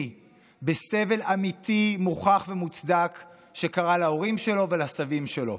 בסבל אמיתי מוכח ומוצדק שקרה להורים שלו ולסבים שלו.